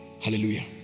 hallelujah